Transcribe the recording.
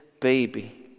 baby